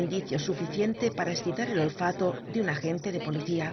indicio suficiente para escitar el olfato de un agente de policía